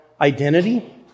identity